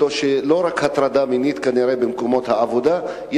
שלא רק הטרדה מינית יש כנראה במקומות העבודה,